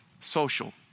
social